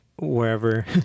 wherever